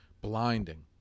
blinding